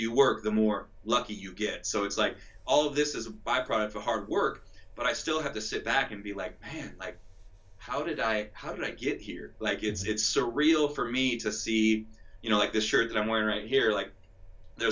you work the more lucky you get so it's like all of this is a byproduct of hard work but i still have to sit back and be like like how did i how did i get here like it's surreal for me to see you know like this shirt i'm wearing right here like